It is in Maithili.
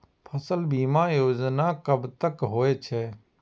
फसल बीमा योजना कब कब होय छै?